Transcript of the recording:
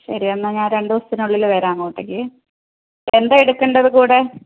ശരി എന്നാൽ ഞാൻ രണ്ട് ദിവസത്തിനുള്ളില് വരാം ഞാൻ അങ്ങോട്ടേക്ക് എന്താ എടുക്കേണ്ടത് കൂടെ